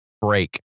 Break